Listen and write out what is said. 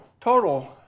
total